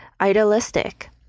idealistic